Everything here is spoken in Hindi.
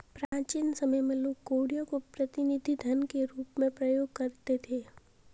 प्राचीन समय में लोग कौड़ियों को प्रतिनिधि धन के रूप में प्रयोग करते थे